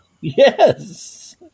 Yes